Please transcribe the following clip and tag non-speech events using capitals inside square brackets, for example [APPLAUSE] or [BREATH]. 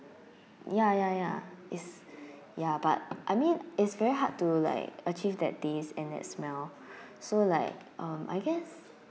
ya ya ya it's [BREATH] ya but I mean it's very hard to like achieve that taste and that smell [BREATH] so like um I guess